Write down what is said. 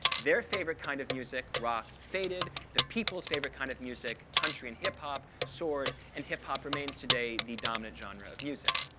their favorite kind of music, rock, faded. the people's favorite kind of music, country and hip hop, soared. and hip hop remains today the dominant genre of music.